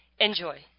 Enjoy